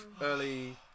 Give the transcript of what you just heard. early